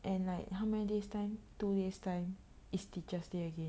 and like how many days' time two days' time is teacher's day again